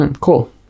Cool